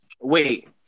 wait